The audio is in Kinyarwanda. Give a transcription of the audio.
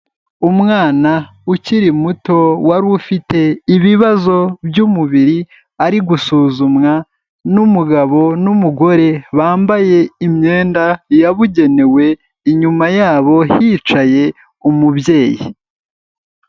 Umwana ukiri muto wari ufite ibibazo by'umubiri, ari gusuzumwa n'umugabo n'umugore, bambaye imyenda yabugenewe, inyuma yabo hicaye umubyeyi.